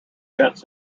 jets